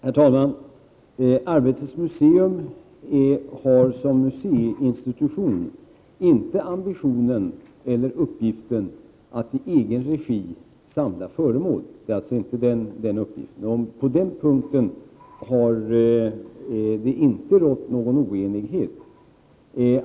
Herr talman! Arbetets museum har som museiinstitution inte ambitionen eller uppgiften att i egen regi samla föremål. På den punkten har det inte rått någon oenighet.